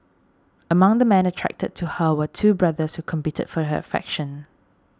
among the men attracted to her were two brothers who competed for her affection